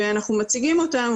ואנחנו מציגים אותם,